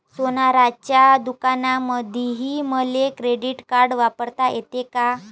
सोनाराच्या दुकानामंधीही मले क्रेडिट कार्ड वापरता येते का?